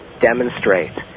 demonstrate